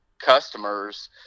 customers